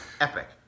epic